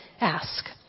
ask